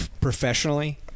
Professionally